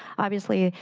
obviously,